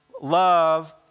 love